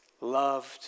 loved